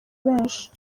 benshi